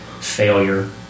failure